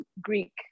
Greek